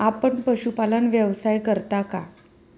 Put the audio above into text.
आपण पशुपालन व्यवसाय करता का?